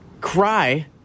cry